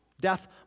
Death